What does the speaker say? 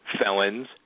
felons